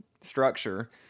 structure